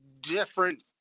different